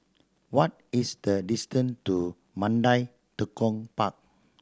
what is the distance to Mandai Tekong Park